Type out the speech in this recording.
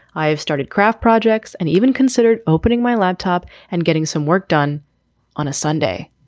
i've started craft projects and even considered opening my laptop and getting some work done on a sunday.